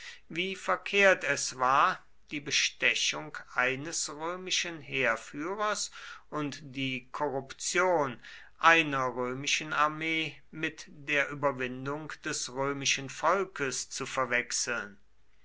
wie verkehrt es war die bestechung eines römischen heerführers und die korruption einer römischen armee mit der überwindung des römischen volkes zu verwechseln